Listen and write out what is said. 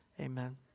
Amen